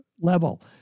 level